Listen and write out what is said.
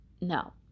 no